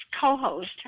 co-host